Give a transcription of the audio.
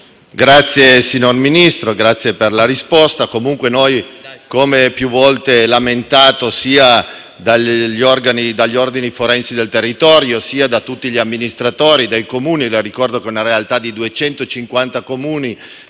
Signor Ministro, grazie per la risposta. Comunque, noi abbiamo più volte lamentato, sia come ordini forensi del territorio sia come amministratori dei Comuni (le ricordo che è una realtà di 250 Comuni,